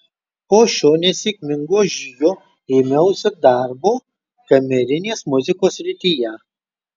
po šio nesėkmingo žygio ėmiausi darbo kamerinės muzikos srityje